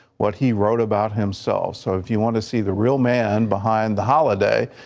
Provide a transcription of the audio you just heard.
what he wrote about himself, so if you want to see the real man behind the holiday,